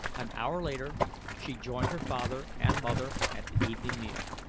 an hour later she joined her father and mother at the evening meal.